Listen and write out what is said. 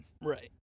Right